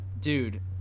Dude